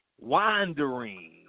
wandering